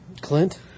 Clint